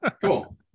Cool